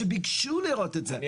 שביקשו לראות את זה,